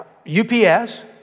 UPS